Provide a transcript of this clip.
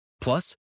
Plus